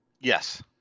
Yes